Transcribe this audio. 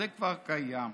זה כבר קיים.